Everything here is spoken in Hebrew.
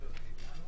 אבל כרגע בדגש לזרים,